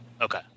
Okay